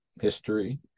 history